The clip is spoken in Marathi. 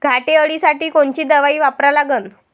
घाटे अळी साठी कोनची दवाई वापरा लागन?